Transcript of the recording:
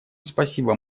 спасибо